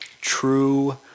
True